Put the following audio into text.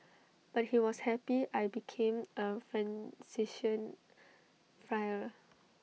but he was happy I became A Franciscan Friar